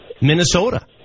Minnesota